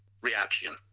reaction